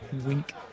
Wink